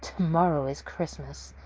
tomorrow is christmas!